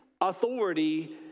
authority